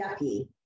yucky